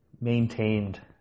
maintained